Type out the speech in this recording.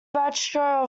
bradshaw